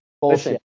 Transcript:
bullshit